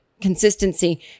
consistency